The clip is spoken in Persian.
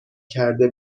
کرده